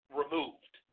removed